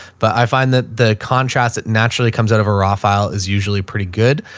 but i find that the contrast that naturally comes out of a raw file is usually pretty good.